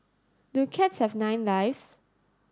do cats have nine lives